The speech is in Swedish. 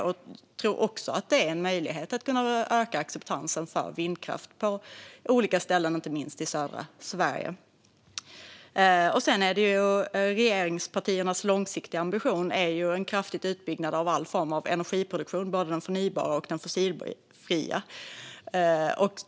Jag tror också att detta är en möjlighet att öka acceptansen för vindkraft på olika ställen, inte minst i södra Sverige. Regeringspartiernas långsiktiga ambition är en kraftig utbyggnad av alla former av energiproduktion, både den förnybara och den fossilfria.